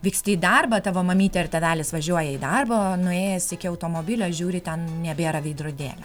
vyksti į darbą tavo mamytė ar tėvelis važiuoja į darbą nuėjęs iki automobilio žiūri ten nebėra veidrodėlio